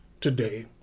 today